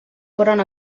foren